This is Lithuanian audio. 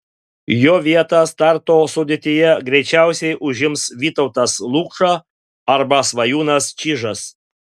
jo vietą starto sudėtyje greičiausiai užims vytautas lukša arba svajūnas čyžas